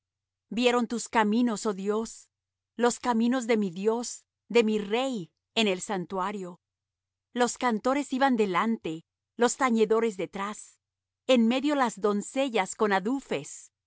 vieron tus caminos oh dios los caminos de mi dios de mi rey en el santuario los cantores iban delante los tañedores detrás en medio las doncellas con